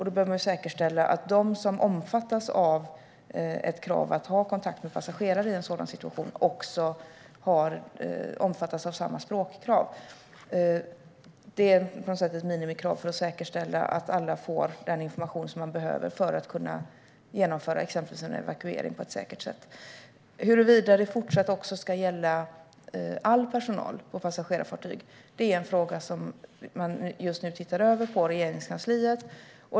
Då behöver man säkerställa att de som omfattas av ett krav att ha kontakt med passagerare i en sådan situation också omfattas av samma språkkrav. Det är på något sätt ett minimikrav för att säkerställa att alla får den information de behöver för att kunna genomföra exempelvis en evakuering på ett säkert sätt. Huruvida det fortsatt ska gälla all personal på passagerarfartyg är en fråga som man just nu tittar över på Regeringskansliet.